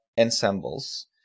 ensembles